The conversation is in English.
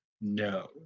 no